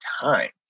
time